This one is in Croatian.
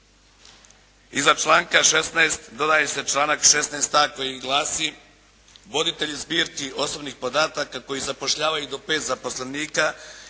Iza članka 16. dodaje se članak 16a. koji glasi: "Voditelji zbirki osobnih podataka koji zapošljava i do pet zaposlenika